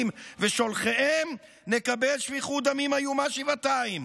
ושולחיהם נקבל שפיכות דמים איומה שבעתיים,